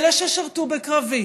אלה ששירתו בקרבי